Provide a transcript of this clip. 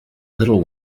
little